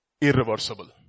irreversible